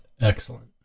Excellent